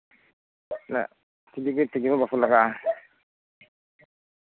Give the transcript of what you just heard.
ᱪᱮᱫᱟᱜ ᱥᱮ ᱛᱩᱲᱤ ᱨᱮ ᱛᱤᱡᱩ ᱦᱚᱸ ᱵᱟᱠᱚ ᱞᱟᱜᱟᱜᱼᱟ